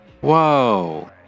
Whoa